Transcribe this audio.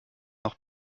noch